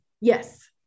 yes